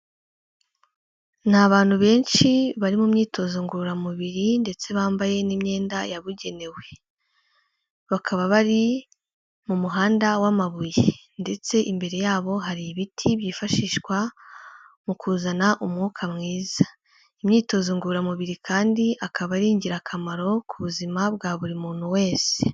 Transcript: Ni abantu benshi, bari mu myitozo ngororamubiri ndetse bambaye n'imyenda yabugenewe. Bakaba bari mu muhanda w'amabuye ndetse imbere yabo hari ibiti byifashishwa mu kuzana umwuka mwiza. Imyitozo ngororamubiri kandi akaba ari ingirakamaro ku buzima bwa buri muntu wese.